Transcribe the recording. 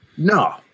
No